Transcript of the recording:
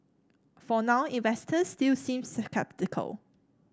for now investors still seem sceptical